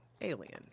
Alien